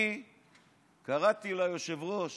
אני קראתי ליושב-ראש,